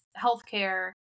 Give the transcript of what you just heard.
healthcare